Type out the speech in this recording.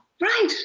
Right